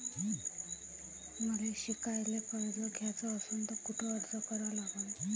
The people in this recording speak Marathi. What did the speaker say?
मले शिकायले कर्ज घ्याच असन तर कुठ अर्ज करा लागन?